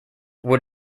would